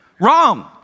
Wrong